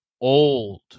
old